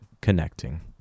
connecting